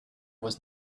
was